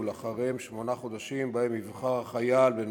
ואחריהם שמונה חודשים שבהם יבחר החייל בין